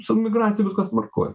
su migracija viskas tvarkoj